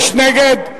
46 נגד,